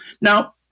now